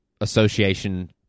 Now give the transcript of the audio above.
association